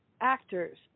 actors